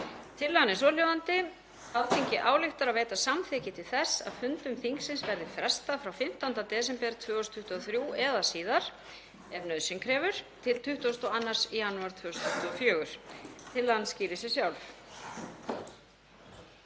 Tillagan er svohljóðandi: „Alþingi ályktar að veita samþykki til þess að fundum þingsins verði frestað frá 15. desember 2023 eða síðar, ef nauðsyn krefur, til 22. janúar 2024.“ Tillagan skýrir sig sjálf.